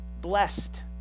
blessed